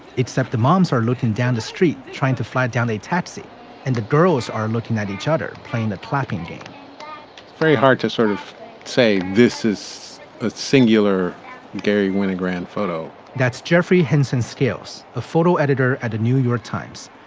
except the moms are looking down the street trying to flag down a taxi and the girls are looking at each other playing a clapping game very hard to sort of say this is a singular garry winogrand photo that's jeffrey henson scales, a photo editor at a new york times.